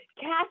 cast